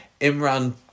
Imran